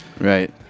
Right